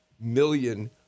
million